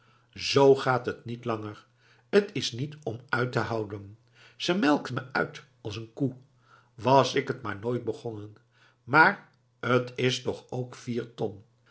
zoo gaat het niet langer t is niet om uit te houden ze melkt me uit als een koe was ik het maar nooit begonnen maar t is toch ook vier ton